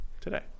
today